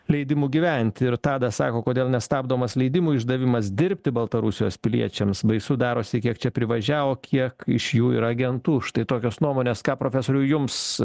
leidimų gyventi ir tadas sako kodėl nestabdomas leidimų išdavimas dirbti baltarusijos piliečiams baisu darosi kiek čia privažiavo kiek iš jų yra agentų štai tokios nuomonės ką profesoriau jums